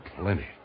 plenty